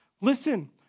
Listen